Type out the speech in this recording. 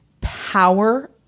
power